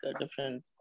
different